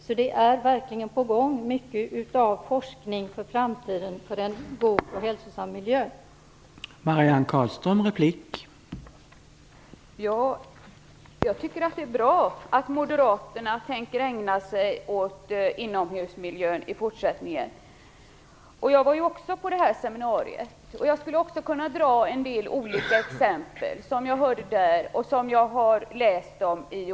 Så mycket av forskning för framtiden, för en god och hälsosam miljö, är verkligen på gång.